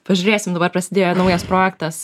pažiūrėsim dabar prasidėjo naujas projektas